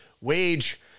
wage